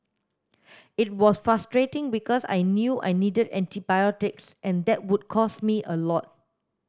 it was frustrating because I knew I needed antibiotics and that would cost me a lot